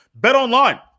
BetOnline